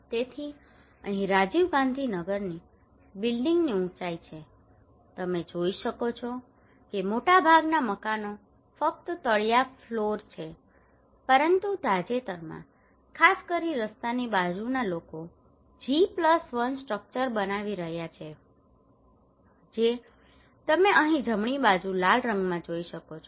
તેથી અહીં રાજીવ ગાંધી નગરની બીલ્ડીંગની ઊંચાઈ છે તમે જોઈ શકો છો કે મોટાભાગના મકાનો ફક્ત તળિયા ફ્લોર છે પરંતુ તાજેતરમાં ખાસ કરીને રસ્તાની બાજુના લોકો G 1 સ્ટ્રક્ચર બનાવી રહ્યા છે જે તમે અહીં જમણી બાજુ લાલ રંગમાં જોઈ શકો છો